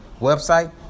website